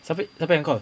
siapa siapa yang call